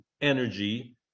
energy